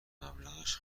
مبلغش